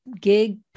gig